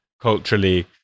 culturally